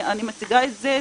אני מציגה את זה,